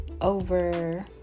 over